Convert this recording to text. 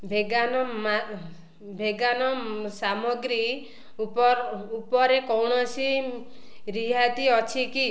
vegan ମା vegan ସାମଗ୍ରୀ ଉପର ଉପରେ କୌଣସି ରିହାତି ଅଛି କି